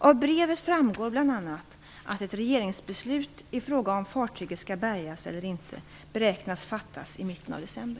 Av brevet framgår bl.a. att ett regeringsbeslut i frågan om fartyget skall bärgas eller inte beräknas fattas i mitten av december.